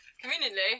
Conveniently